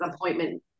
appointment